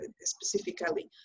specifically